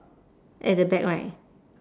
at the back right